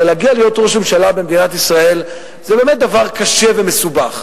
הרי להגיע להיות ראש ממשלה במדינת ישראל זה באמת דבר קשה ומסובך.